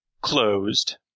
closed